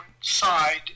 side